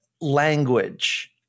language